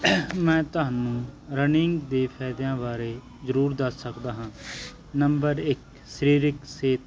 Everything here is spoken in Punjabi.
ਮੈਂ ਤੁਹਾਨੂੰ ਰਨਿੰਗ ਦੇ ਫਾਇਦਿਆਂ ਬਾਰੇ ਜ਼ਰੂਰ ਦੱਸ ਸਕਦਾ ਹਾਂ ਨੰਬਰ ਇੱਕ ਸਰੀਰਿਕ ਸਿਹਤ